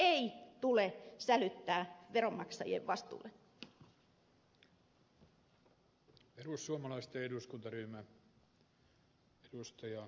vahingonvaaraa ei tule sälyttää veronmaksajien vastuulle